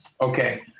Okay